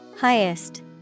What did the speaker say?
highest